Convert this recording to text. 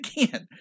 again